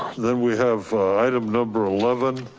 then we have item number eleven.